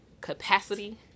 capacity